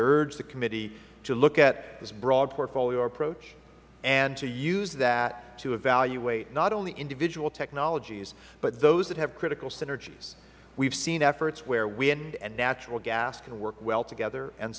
urge the committee to look at this broad portfolio approach and to use that to evaluate not only individual technologies but those that have critical synergies we have seen efforts where wind and natural gas can work well together and